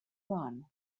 run